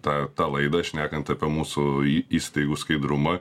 tą tą laidą šnekant apie mūsų įstaigų skaidrumą